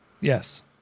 yes